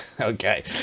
okay